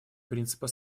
принципа